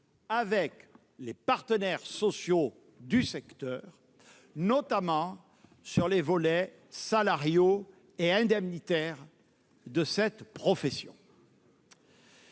avec les partenaires sociaux du secteur, notamment sur les volets salariaux et indemnitaires des professions